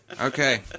Okay